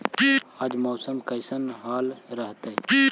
आज मौसम के कैसन हाल रहतइ?